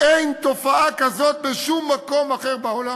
אין תופעה כזאת בשום מקום אחר בעולם.